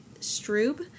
stroob